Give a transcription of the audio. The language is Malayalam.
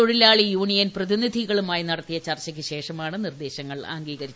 തൊഴിലാളി യൂണിയൻ പ്രതിനിധികളുമായി നടത്തിയ ചർച്ചയ്ക്ക് ശേഷമാണ് നിർദ്ദേശങ്ങൾ അംഗീകരിച്ചത്